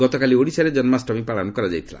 ଗତକାଲି ଓଡ଼ିଶାରେ ଜନ୍ମାଷ୍ଟମୀ ପାଳନ କରାଯାଇଥିଲା